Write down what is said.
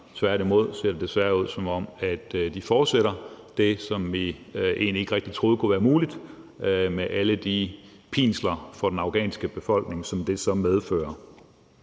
Tværtimod ser det desværre ud, som om de fortsætter det, som vi egentlig ikke rigtig troede kunne være muligt, med alle de pinsler for den afghanske befolkning, som det så medfører.